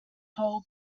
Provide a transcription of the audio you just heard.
pole